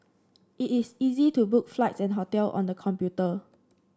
it is easy to book flights and hotel on the computer